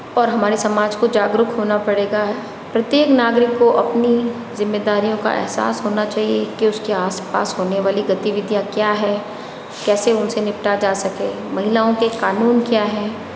और हमारे समाज को जागरुक होना पड़ेगा प्रत्येक नागरिक को अपनी ज़िम्मेदारियों का एहसास होना चाहिए कि उसके आस पास होने वाली गतिविधियां क्या हैं कैसे उनसे निपटा जा सके महिलाओ के कानून क्या हैं